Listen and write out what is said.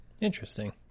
Interesting